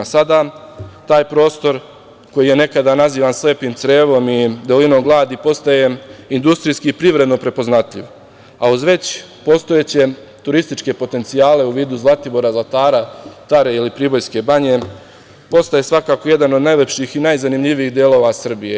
Sada taj prostor koji je nekada nazivan slepim crevom i dolinom gladi, postaje industrijski i privredno prepoznatljiv, a uz veće postojeće potencijale u vidu Zlatibora i Zlatara, Tare ili Pribojske banje, postaje jedan od najlepših i najzanimljivijih delova Srbije.